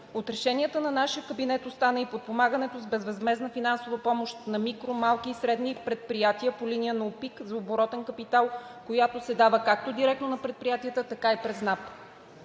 От решенията на нашия кабинет остана и подпомагането с безвъзмездна финансова помощ на микро-, малки и средни предприятия по линия на ОПИК за оборотен капитал, която се дава както директно на предприятията, така и пред НАП.